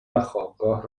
وخوابگاه